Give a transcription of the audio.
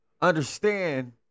understand